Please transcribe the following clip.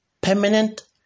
permanent